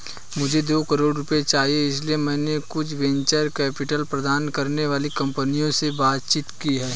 मुझे दो करोड़ रुपए चाहिए इसलिए मैंने कुछ वेंचर कैपिटल प्रदान करने वाली कंपनियों से बातचीत की है